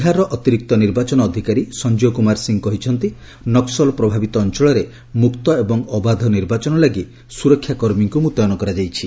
ବିହାରର ଅତିରିକ୍ତ ନିର୍ବାଚନ ଅଧିକାରୀ ସଂଜୟ କୁମାର ସିଂହ କହିଛନ୍ତି ନକ୍କଲ ପ୍ରଭାବିତ ଅଞ୍ଚଳରେ ମୁକ୍ତ ଏବଂ ଅବାଧ ନିର୍ବାଚନ ଲାଗି ସୁରକ୍ଷା କର୍ମୀଙ୍କୁ ମୁତୟନ କରାଯାଇଛି